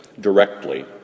directly